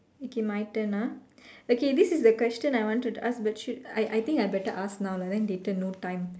okay my turn ah okay this is the question I wanted to ask but should I I think I better ask now lah then later no time